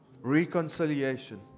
Reconciliation